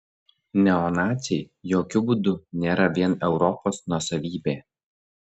neonaciai jokiu būdu nėra vien europos nuosavybė